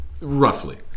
roughly